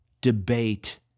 debate